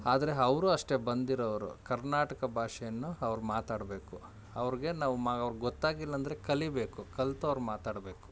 ಆದರೆ ಅವ್ರು ಅಷ್ಟೇ ಬಂದಿರೋರು ಕರ್ನಾಟಕ ಭಾಷೆಯನ್ನು ಅವ್ರು ಮಾತಾಡಬೇಕು ಅವರಿಗೆ ನಾವು ಮ ಗೊತ್ತಾಗಿಲ್ಲಂದರೆ ಕಲಿಬೇಕು ಕಲಿತು ಅವ್ರು ಮಾತಾಡಬೇಕು